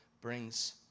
brings